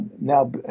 now